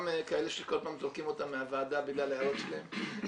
גם כאלה שכל פעם זורקים אותם מהוועדה בגלל ההערות שלהם,